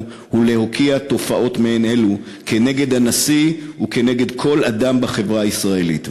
ולהוקיע תופעות מעין אלו כנגד הנשיא וכנגד כל אדם בחברה הישראלית.